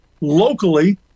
locally